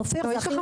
יש לך מומחים.